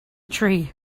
tree